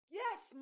yes